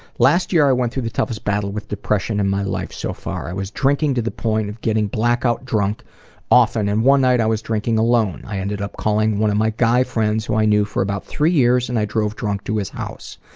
last year i went through the toughest battle with depression in my life so far. i was drinking to the point of getting blackout drunk often, and one night i was drinking alone. i ended up calling one my guy-friends who i knew for about three years, and i drove drunk to his house.